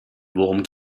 worum